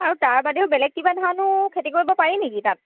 তাৰ বাদেও বেলেগ কিবা ধানো খেতি কৰিব পাৰি নেকি তাত